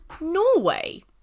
norway